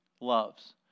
loves